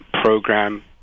program